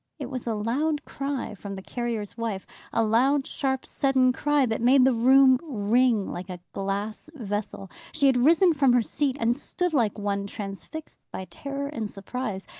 it was a loud cry from the carrier's wife a loud, sharp, sudden cry, that made the room ring like a glass vessel. she had risen from her seat, and stood like one transfixed by terror and surprise.